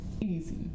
easy